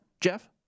Jeff